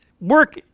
work